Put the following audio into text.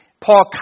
Paul